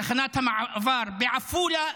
תחנת המעבר בעפולה,